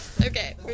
Okay